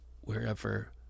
wherever